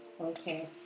Okay